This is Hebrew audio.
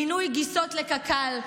מינוי גיסות לקק"ל,